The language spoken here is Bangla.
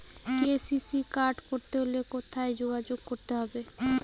কে.সি.সি কার্ড করতে হলে কোথায় যোগাযোগ করতে হবে?